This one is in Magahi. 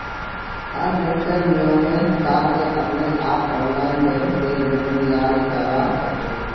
हर बैंकेर नियमेर हिसाब से अपने आप ऑनलाइन बैंक से लोन लियाल जावा सकोह